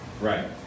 Right